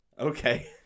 Okay